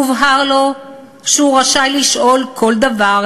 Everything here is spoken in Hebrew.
הובהר לו שהוא רשאי לשאול כל דבר,